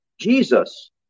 Jesus